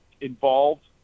involved